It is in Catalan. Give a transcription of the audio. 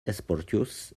esportius